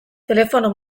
telefono